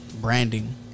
Branding